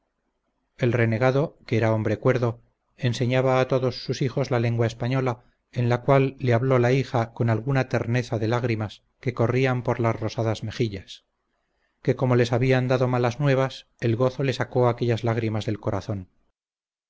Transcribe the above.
el renegado que era hombre cuerdo enseñaba a todos sus hijos la lengua española en la cual le habló la hija con alguna terneza de lágrimas que corrían por las rosadas mejillas que como les habían dado malas nuevas el gozo le sacó aquellas lágrimas del corazón